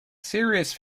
serious